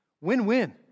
Win-win